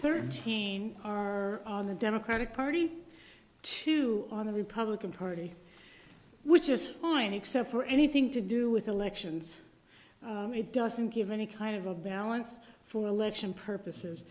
thirteen are on the democratic party two on the republican party which is fine except for anything to do with elections it doesn't give any kind of a balance for election purposes